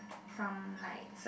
from like